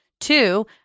Two